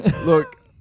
Look